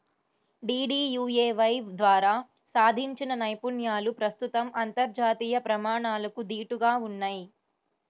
DDUAY ద్వారా సాధించిన నైపుణ్యాలు ప్రస్తుతం అంతర్జాతీయ ప్రమాణాలకు దీటుగా ఉన్నయ్